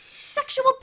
Sexual